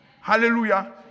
hallelujah